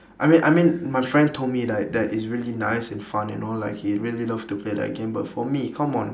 I mean I mean my friend told me like that it's really nice and fun and all like he really love to play that game but for me come on